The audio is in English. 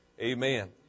Amen